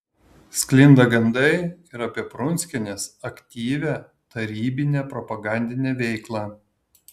sklinda gandai ir apie prunskienės aktyvią tarybinę propagandinę veiklą